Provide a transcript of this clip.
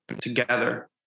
together